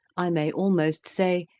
i may almost say,